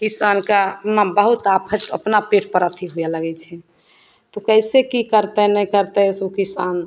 किसानके अपना बहुत आफत अपना पेटपर अथी हुए लगै छै तऽ ओ कइसे कि करतै नहि करतै से ओ किसान